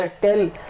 tell